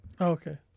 Okay